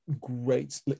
great